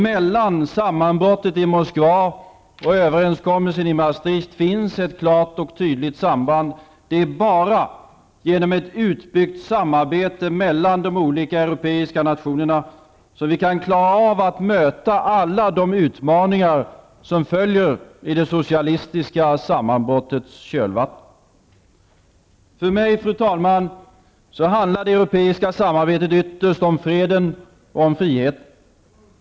Mellan sammanbrottet i Moskva och överenskommelsen i Maastricht finns ett klart och tydligt samband: det är bara genom ett utbyggt samarbete mellan de olika europeiska nationerna som vi kan klara av att möta alla de utmaningar som följer i det socialistiska sammanbrottets kölvatten. Fru talman! För mig handlar det europeiska samarbetet ytterst om freden och om friheten.